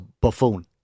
buffoon